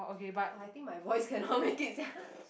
[wah] I think my voice cannot make it sia